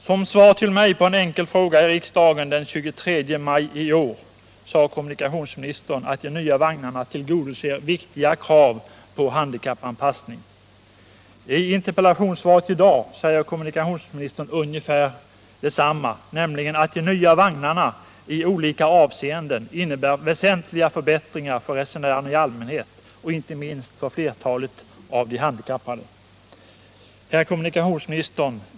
Som svar till mig på en enkel fråga i riksdagen sade kommunikationsministern den 23 maj i år att de nya vagnarna ”tillgodoser viktiga krav på handikappanpassning”. I interpellationssvaret i dag säger kommunikationsministern ungefär detsamma, nämligen ”att de nya vagnarna i olika avseenden innebär väsentliga förbättringar för resenärerna i allmänhet och inte minst för flertalet av de handikappade”. Herr kommunikationsminister!